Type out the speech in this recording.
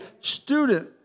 student